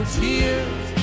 tears